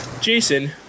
Jason